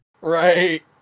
Right